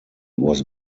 was